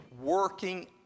working